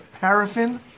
paraffin